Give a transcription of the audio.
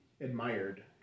admired